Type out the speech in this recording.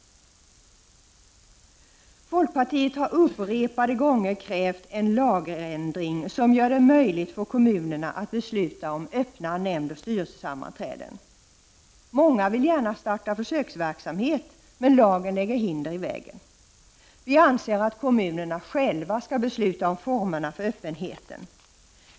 Folkpartiet har upprepade gånger krävt en lagändring som gör det möjligt för kommunerna att besluta om öppna nämndoch styrelsesammanträden. Många vill gärna starta försöksverksamhet, men lagen lägger hinder i vägen. Vi anser att kommunerna själva skall besluta om formerna för öppenheten.